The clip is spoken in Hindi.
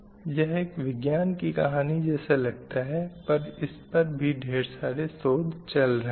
यह एक विज्ञान की कहानी जैसा लगता है पर इस पर भी ढ़ेर सारे शोध चल रहे हैं